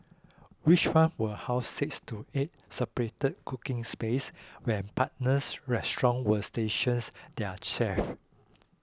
each one will house six to eight separate cooking spaces where partners restaurants will stations their chefs